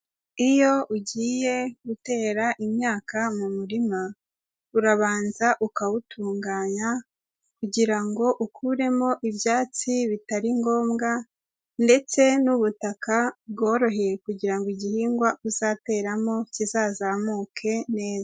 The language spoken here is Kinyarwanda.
Iyo ugiye gutera imyaka mu murima, urabanza ukawutunganya kugira ngo ukuremo ibyatsi bitari ngombwa ndetse n'ubutaka bworoheye kugira ngo igihingwa uzateramo kizazamuke neza.